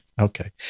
Okay